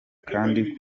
kandi